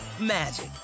magic